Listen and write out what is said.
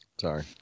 Sorry